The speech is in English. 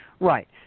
Right